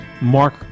Mark